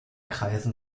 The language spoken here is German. kreisen